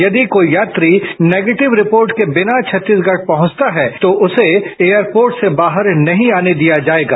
यदि कोई यात्री निगेटिव रिपोर्ट के बिना छत्तीसगढ़ पहंचता है तो उसे एयरपोर्ट से बाहर नहीं आने दिया जाएगा